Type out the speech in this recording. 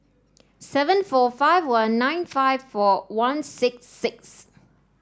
seven four five one nine five four one six six